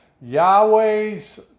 Yahweh's